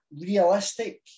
realistic